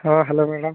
ହଁ hello madam